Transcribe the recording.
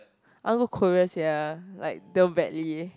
I want go Korea sia like damn badly